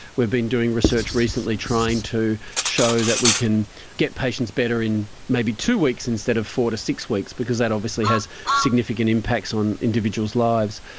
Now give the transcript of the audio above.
we've been doing research recently trying to show that we can get patients better in maybe two weeks instead of four to six weeks because that obviously has significant impacts on individuals' lives.